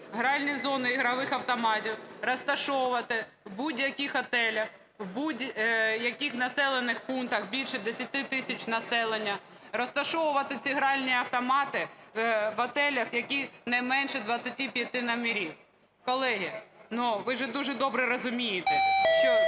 гральні зони ігрових автоматів розташовувати в будь-яких готелях у будь-яких населених пунктах більше 10 тисяч населення, розташовувати ці гральні автомати в готелях, які не менше 25 номерів. Колеги, ну, ви ж дуже добре розумієте, що